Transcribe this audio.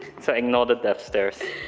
so ignore the death stares.